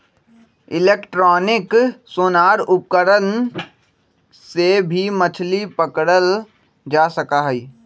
electronic sonar उपकरण से भी मछली पकड़ल जा सका हई